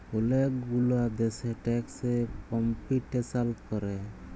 ওলেক গুলা দ্যাশে ট্যাক্স এ কম্পিটিশাল ক্যরে